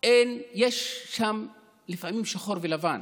יש לפעמים שחור ולבן,